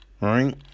right